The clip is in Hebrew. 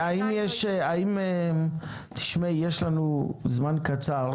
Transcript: שחר, יש לנו זמן קצר.